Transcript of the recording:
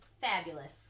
fabulous